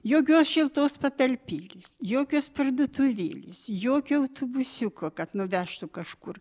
jokios šiltos patalpėlės jokios parduotuvėlės jokio autobusiuko kad nuvežtų kažkur